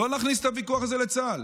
לא להכניס את הוויכוח הזה לצה"ל.